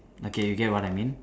okay you get what I mean